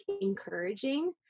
encouraging